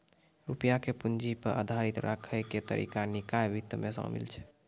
रुपया के पूंजी पे आधारित राखै के तरीका निकाय वित्त मे शामिल छै